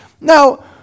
Now